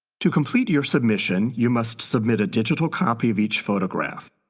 to complete your submission you must submit a digital copy of each photograph.